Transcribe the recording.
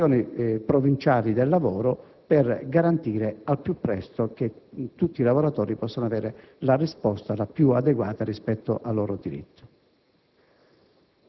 le Direzioni provinciali del lavoro per garantire al più presto che tutti i lavoratori possano avere la risposta più adeguata rispetto al loro diritto.